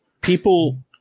people